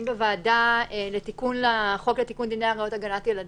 בוועדה בדיונים על תיקון החוק להגנה על עבירות כנגד ילדים.